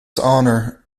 honor